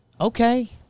Okay